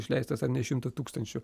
išleistas ar ne šimtu tūkstančių